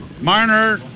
Marner